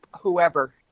whoever